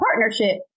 partnership